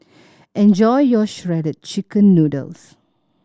enjoy your Shredded Chicken Noodles